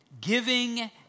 giving